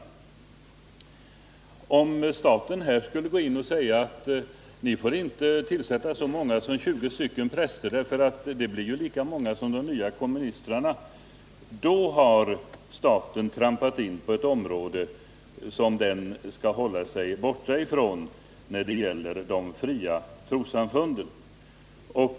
Om staten skulle föreskriva att man inte får tillsätta så många som 20 pastorstjänster, eftersom deras antal blir lika stort som de nya komministrarnas, har staten trampat in på ett område som den skall hålla sig borta från, nämligen de fria trossamfundens verksamhet.